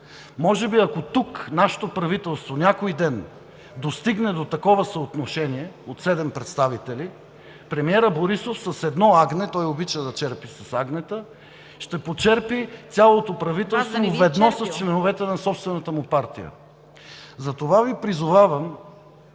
Може би, ако тук нашето правителство някой ден достигне до такова съотношение от седем представители, премиерът Борисов с едно агне, той обича да черпи с агнета, ще почерпи цялото правителство, ведно с членовете на собствената му партия. Затова Ви призовавам